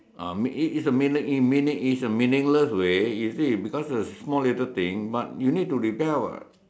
uh me~ it's a meaning a meaning it's a meaningless way you see because it's a small little thing but you need to rebel [what]